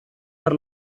per